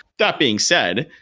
that being said,